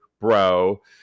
Bro